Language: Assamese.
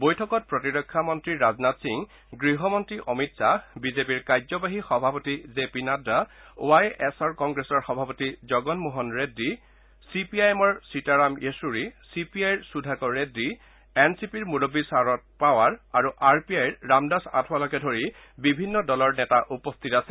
বৈঠকত প্ৰতিৰক্ষা মন্ত্ৰী ৰাজনাথ সিং গৃহমন্ত্ৰী অমিত খাহ বিজেপিৰ কাৰ্য্যবাহী সভাপতি J P Nadda Y S R কংগ্ৰেছৰ সভাপতি Jagan Mohan Reddy C P I এমৰ সীতাৰাম য়েচুৰী চি পি আইৰ সুধাকৰ ৰেড্ডী এন চি পিৰ মূৰববী শাৰদ পাৱাৰ আৰ পি আইৰ ৰামদাস আঠাৱালেকে ধৰি বিভিন্ন দলৰ নেতা উপস্থিত আছে